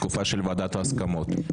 בתקופה של ועדת ההסכמות,